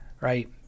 right